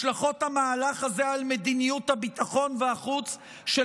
השלכות המהלך הזה על מדיניות הביטחון והחוץ של